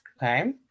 Okay